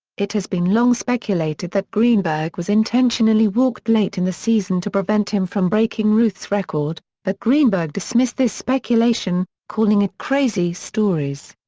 it has been long speculated that greenberg was intentionally walked late in the season to prevent him from breaking ruth's record, but greenberg dismissed this speculation, calling it crazy stories.